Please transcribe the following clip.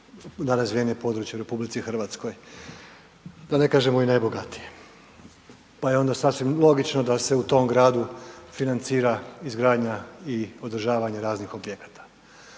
najrazvijenije područje u RH, da ne kažemo i najbogatije, pa je onda sasvim logično da se u tom gradu financira izgradnja i održavanje raznih objekata.